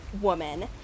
woman